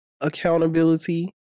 accountability